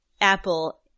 Apple